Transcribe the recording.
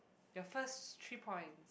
your first three points